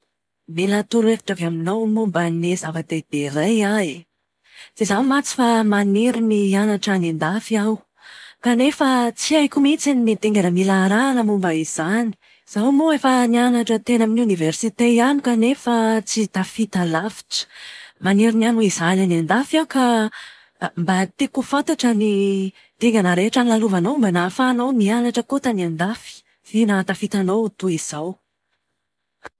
Mila torohevitra avy aminao momba ny zava-dehibe iray aho e. Tsy izany mantsy fa maniry ny hianatra any an-dafy aho. Kanefa tsy haiko mihitsy ny dingana mila arahina momba izany. Izaho moa efa nianatra eny amin'ny oniversite ihany kanefa tsy tafita alavitra. Maniry ny hanohy izany any an-dafy aho ka mba tiako ho fantatra ny dingana rehetra nolalovanao mba nahafahanao nianatra koa tany an-dafy sy nahatafitaanao ho toa izao.